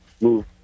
move